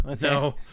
no